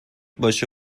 باشه